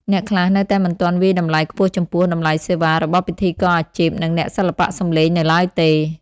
អ្នកខ្លះនៅតែមិនទាន់វាយតម្លៃខ្ពស់ចំពោះ តម្លៃសេវា របស់ពិធីករអាជីព និងអ្នកសិល្បៈសំឡេងនៅឡើយទេ។